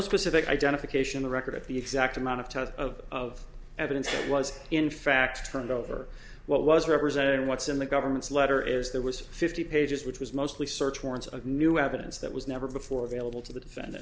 specific i don't if occasion the record at the exact amount of time of of evidence was in fact turned over what was represented in what's in the government's letter is there was fifty pages which was mostly search warrants of new evidence that was never before available to the defendant